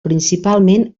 principalment